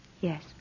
Yes